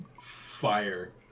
fire